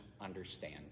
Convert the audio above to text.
understand